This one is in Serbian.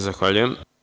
Zahvaljujem.